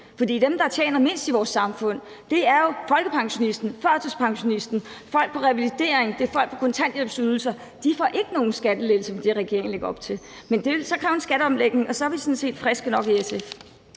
For dem, der tjener mindst i vores samfund, er jo folkepensionisten, førtidspensionisten, folk på revalidering og folk på kontanthjælpsydelser. De får ikke nogen skattelettelse med det, regeringen lægger op til. Men det vil så kræve en skatteomlægning, og så er vi sådan set friske nok i SF.